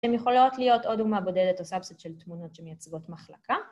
‫הן יכולות להיות עוד דוגמה בודדת ‫או sub-set של תמונות שמייצגות מחלקה.